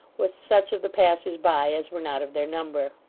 with such of the passers-by as were not of their number.